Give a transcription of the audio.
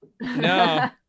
no